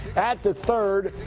at the third.